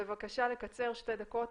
בבקשה, לקצר לשתי דקות.